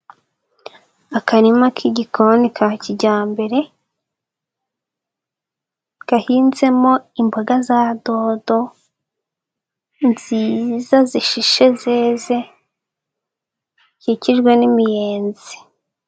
Akarima k'igikoni ka kijyambere, gahinzemo imboga za dodo nziza zishishe zeze zikikijwe n'imiyenzi.